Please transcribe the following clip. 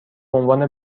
عنوان